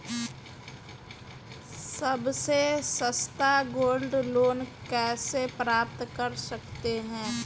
सबसे सस्ता gold loan कैसे प्राप्त कर सकते हैं?